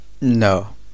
No